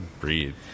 breathe